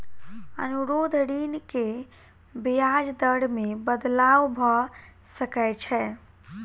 अनुरोध ऋण के ब्याज दर मे बदलाव भ सकै छै